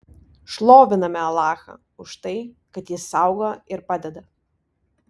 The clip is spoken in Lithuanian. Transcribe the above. šloviname alachą už tai kad jis saugo ir padeda